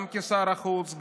גם כשר החוץ,